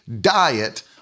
diet